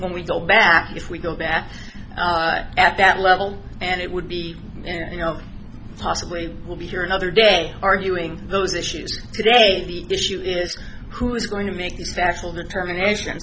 when we go back if we go back at that level and it would be there you know possibly they will be here another day arguing those issues today the issue is who is going to make these factual determination